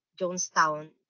Jonestown